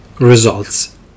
Results